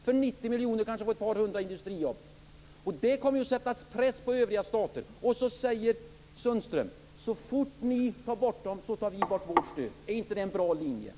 För 90 miljoner kronor får vi kanske ett par hundra industrijobb. Det kommer att sätta press på övriga stater. Anders Sundström får säga: Så fort ni tar bort era stöd tar vi bort vårt stöd. Är inte det en bra linje?